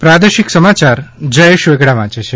પ્રાદેશિક સમાચાર જયેશ વેગડા વાંચે છે